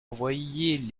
envoyer